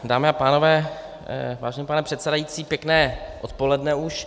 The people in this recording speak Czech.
Dámy a pánové, vážený pane předsedající, pěkné odpoledne už.